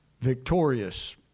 victorious